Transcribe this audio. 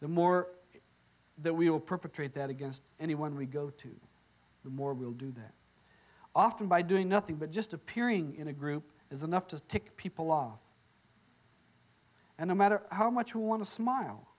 the more that we will perpetrate that against anyone we go to the more we'll do that often by doing nothing but just appearing in a group is enough to tick people off and no matter how much you want to smile